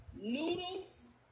noodles